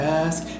ask